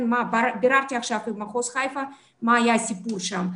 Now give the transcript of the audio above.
ביררתי עם מחוז חיפה מה היה הסיפור שם.